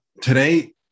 Today